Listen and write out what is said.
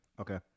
Okay